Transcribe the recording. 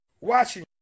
watching